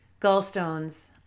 gallstones